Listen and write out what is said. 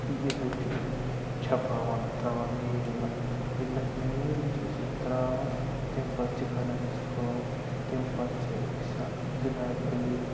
تہٕ یِہوے چھِ أسۍ چھپاوان ترٛاوان میٖل اَتھ ییٚلہِ اَتھ میٖل چھِ أسۍ اَتھ ترٛاوان تمہِ پَتہٕ چھِ کَنان أسۍ کٲم تمہِ پَتہٕ چھِ أسۍ اَتھ جِناب اعلی